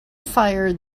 fire